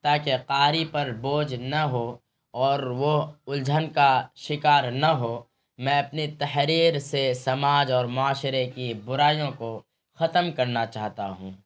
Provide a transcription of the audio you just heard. تاکہ قاری پر بوجھ نہ ہو اور وہ الجھن کا شکار نہ ہو میں اپنی تحریر سے سماج اور معاشرے کی برائیوں کو ختم کرنا چاہتا ہوں